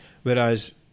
Whereas